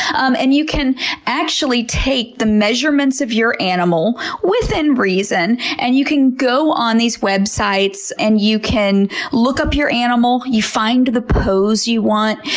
um and you can actually take the measurements of your animal, within reason, and you can go on these websites, and you can look up your animal. you find the pose you want,